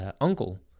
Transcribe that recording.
uncle